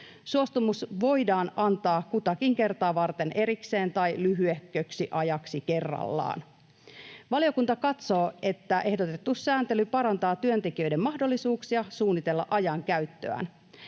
Suostumus voidaan antaa kutakin kertaa varten erikseen tai lyhyehköksi ajaksi kerrallaan. Valiokunta katsoo, että ehdotettu sääntely parantaa työntekijöiden mahdollisuuksia suunnitella ajankäyttöään.